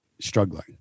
struggling